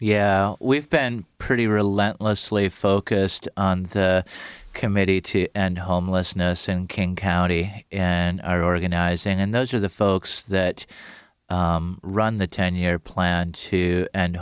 yeah we've been pretty relentlessly focused on the committee to end homelessness in king county and are organizing and those are the folks that run the ten year plan to end